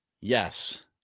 Yes